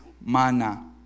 mana